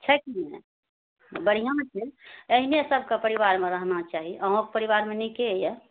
छै कि नहि बढ़िआँ छै अहिने सबकेँ परिवारमे रहना चाही अहूँके परिवारमे नीके यऽ